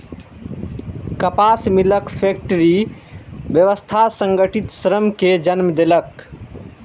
कपास मिलक फैक्टरी व्यवस्था संगठित श्रम कें जन्म देलक